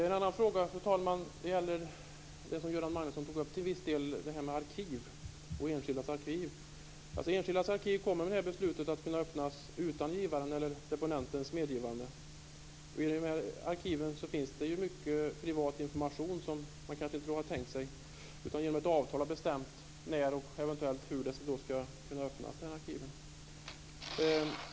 Fru talman! En annan fråga är det som Göran Magnusson till viss del tog upp. Det gäller enskildas arkiv. Enskildas arkiv kommer med detta beslut att kunna öppnas utan givarens eller deponentens medgivande. I dessa arkiv finns mycket privat information som man inte har tänkt sig ska vara öppen utan där man genom ett avtal har bestämt när och eventuellt hur arkivet ska kunna öppnas.